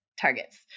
targets